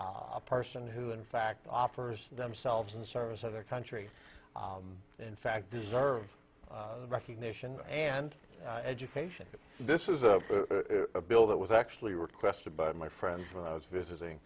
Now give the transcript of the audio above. a person who in fact offers themselves in service of their country in fact deserve recognition and education this is a bill that was actually requested but my friends when i was visiting